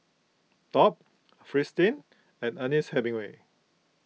Top Fristine and Ernest Hemingway